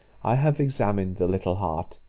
i have examined the little heart.